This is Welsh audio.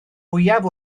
fwyaf